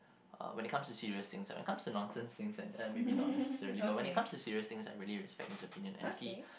uh when it comes to serious things ah when it comes to nonsense things and uh maybe not necessarily but when it comes to serious things I really respect his opinion and he